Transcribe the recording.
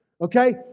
okay